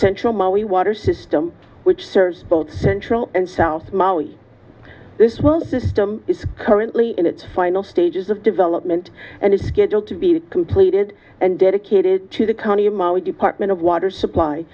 central maui water system which serves both central and south maui this well system is currently in its final stages of development and is scheduled to be completed and dedicated to the county maui department of water supply